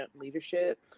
leadership